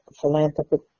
philanthropic